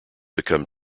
become